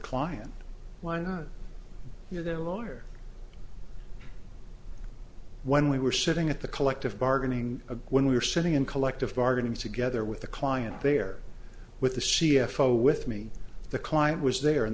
client why not you're there lawyer when we were sitting at the collective bargaining again we were sitting in collective bargaining together with the client there with the c f o with me the client was there and